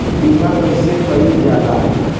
बीमा कइसे कइल जाला?